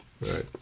Right